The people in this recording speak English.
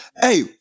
Hey